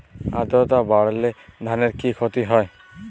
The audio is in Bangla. আদ্রর্তা বাড়লে ধানের কি ক্ষতি হয়?